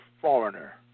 foreigner